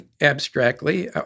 abstractly